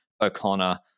O'Connor